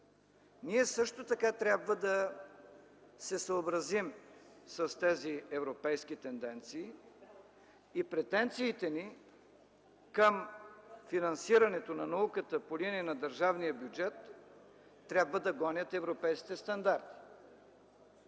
също така да се съобразим с европейските тенденции и претенциите ни към финансирането на науката по линия на държавния бюджет трябва да гонят европейските стандарти.